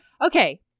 Okay